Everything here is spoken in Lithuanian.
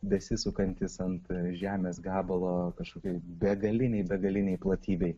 besisukantis ant žemės gabalo kažkokioj begaliniai begalinėj platybėj